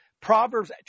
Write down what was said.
Proverbs